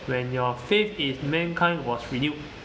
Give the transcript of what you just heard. when your faith is mankind was renewed